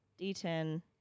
D10